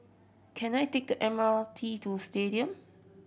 can I take the M R T to Stadium